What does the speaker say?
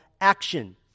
action